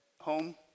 home